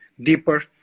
deeper